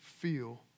feel